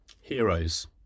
heroes